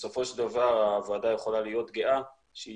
ובסופו של דבר הוועדה יכולה להיות גאה שהיא